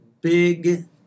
big